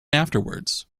afterwards